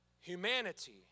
humanity